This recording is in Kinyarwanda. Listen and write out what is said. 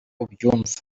ubyumva